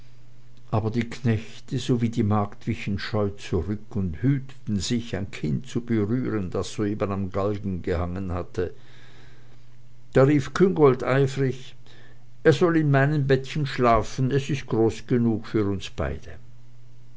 aber die knechte sowie die magd wichen scheu zurück und hüteten sich ein kind zu berühren das soeben am galgen gehangen hatte da rief küngolt eifrig er soll in meinem bettchen schlafen es ist groß genug für uns beide